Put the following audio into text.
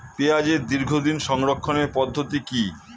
পেঁয়াজের দীর্ঘদিন সংরক্ষণ পদ্ধতি কি?